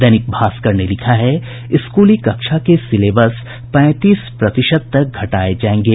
दैनिक भास्कर ने लिखा है स्कूली कक्षा के सिलेबस पैंतीस प्रतिशत तक घटाये जायेंगे